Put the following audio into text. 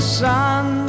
sun